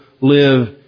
live